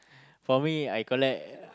for me I collect